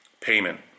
payment